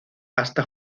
hasta